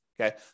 Okay